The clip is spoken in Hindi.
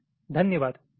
Thank you धन्यवाद